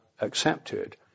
accepted